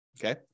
Okay